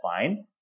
fine